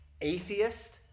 atheist